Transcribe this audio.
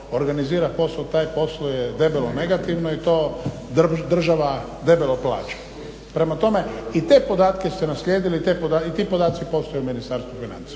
organizira posao taj posluje debelo negativno i to država debelo plaća. Prema tome, i te podatke ste naslijedili i te podaci postoje u Ministarstvu financija.